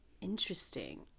interesting